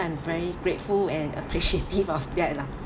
I'm very grateful and appreciative of that lah